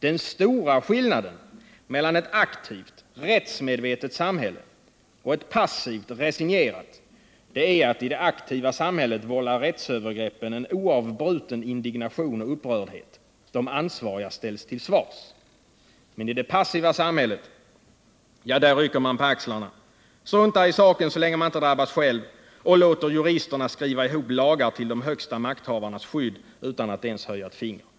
Den stora skillnaden mellan ett aktivt, rättsmedvetet samhälle och ett passivt, resignerat är att i det aktiva samhället vållar rättsövergreppen en oavbruten indignation och upprördhet och de ansvariga ställs till svars, men i det passiva samhället rycker man på axlarna, struntar i saken så länge man inte drabbas själv och låter juristerna skriva ihop lagar till de högsta makthavarnas skydd utan att ens höja ett finger.